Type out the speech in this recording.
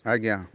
ଆଜ୍ଞା